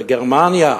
בגרמניה?